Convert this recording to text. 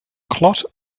clot